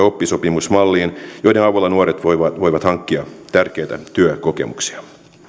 oppisopimusmalleihin joiden avulla nuoret voivat voivat hankkia tärkeää työkokemusta